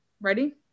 Ready